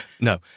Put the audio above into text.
No